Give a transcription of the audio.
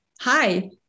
hi